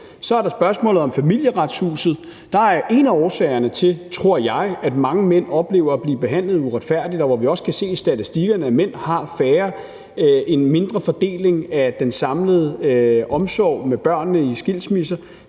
Så er der spørgsmålet om Familieretshuset, og der er en af årsagerne til, tror jeg, at mange mænd oplever at blive behandlet uretfærdigt, og hvor vi også kan se i statistikkerne, at mænd har en mindre andel af den samlede omsorg med børnene i skilsmisser,